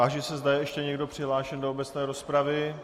Táži se, zda je ještě někdo přihlášen do obecné rozpravy.